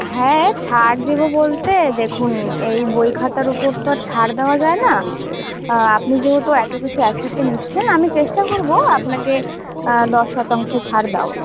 হ্যাঁ ছাড় দেবো বলতে দেখুন এই বই খাতার ওপর তো আর ছাড় দেওয়া যায় না আর আপনি যেহেতু এত কিছু এক সাথে নিচ্ছেন আমি চেষ্টা করবো আপনাকে দশ শতাংশ ছাড় দেওয়ার